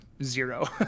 zero